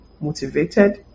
motivated